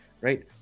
right